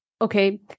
okay